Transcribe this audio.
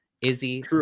Izzy